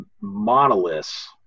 monoliths